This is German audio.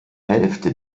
hälfte